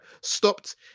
Stopped